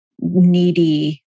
needy